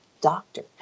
doctor